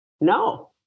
No